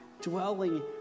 dwelling